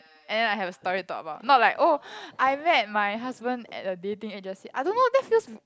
and then I have a story to talk about not like oh I met my husband at a dating agency I don't know that's just